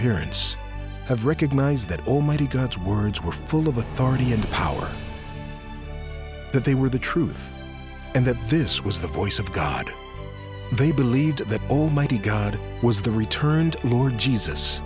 appearance have recognized that almighty god's words were full of authority and power that they were the truth and that this was the voice of god they believed that almighty god was the returned lord jesus